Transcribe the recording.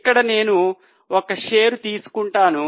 ఇక్కడ నేను ఒక్క షేరు తీసుకుంటాను